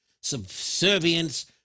subservience